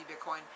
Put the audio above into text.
Bitcoin